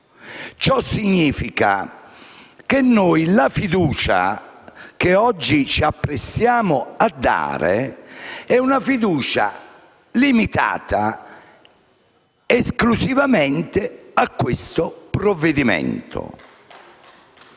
Ciò significa che la fiducia che oggi ci apprestiamo a dare è limitata esclusivamente a questo provvedimento.